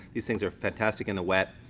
these things are fantastic in the wet,